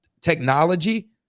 technology